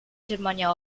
germania